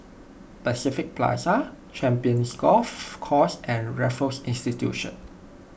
Pacific Plaza Champions Golf Course and Raffles Institution